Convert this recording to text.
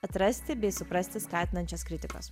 atrasti bei suprasti skatinančios kritikos